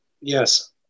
Yes